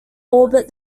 orbit